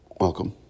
welcome